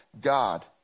God